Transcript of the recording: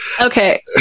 Okay